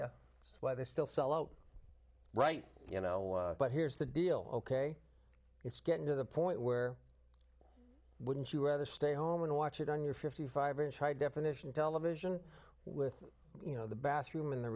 they still sell out right you know but here's the deal ok it's getting to the point where wouldn't you rather stay home and watch it on your fifty five inch high definition television with you know the bathroom in the